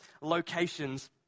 locations